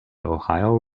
ohio